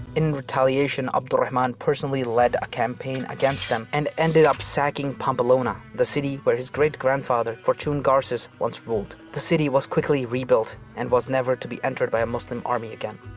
in retaliation, abd al-rahman personally led a campaign against them and ended up sacking pamplona, the city where his great-grandfather fortun garces once ruled. the city was quickly rebuilt and was never to be entered by a muslim army again.